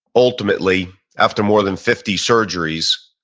ultimately, after more than fifty surgeries,